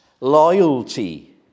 loyalty